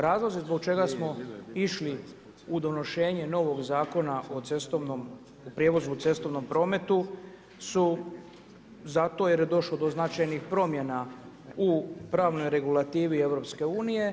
Razlozi zbog čega smo išli u donošenje novog Zakona o cestovnom, u prijevozu u cestovnom prometu tu zato jer je došlo do značajnih promjena u pravnoj regulativi EU.